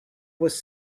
was